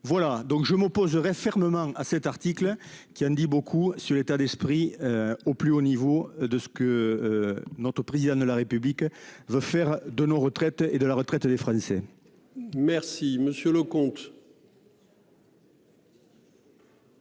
Voilà donc je m'opposerai fermement à cet article qui en dit beaucoup sur l'état d'esprit. Au plus haut niveau de ce que. Notre président de la République veut faire de nos retraites et de la retraite des Français. Merci monsieur le comte.